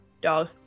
dog